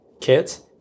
kids